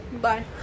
bye